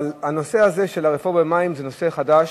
אבל הנושא הזה של הרפורמה במים זה נושא חדש,